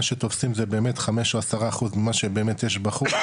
מה שתופסים זה באמת חמישה או עשרה אחוז ממה שיש בחוץ,